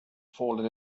fallen